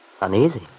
Uneasy